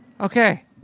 okay